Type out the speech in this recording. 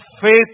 faith